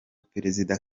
perezida